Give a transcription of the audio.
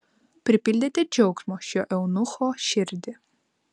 pripildėte džiaugsmo šio eunucho širdį